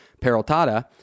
Peraltada